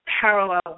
parallel